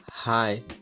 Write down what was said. Hi